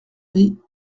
rit